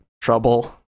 trouble